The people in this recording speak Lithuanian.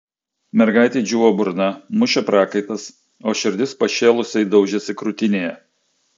mergaitei džiūvo burna mušė prakaitas o širdis pašėlusiai daužėsi krūtinėje